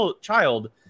child